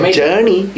journey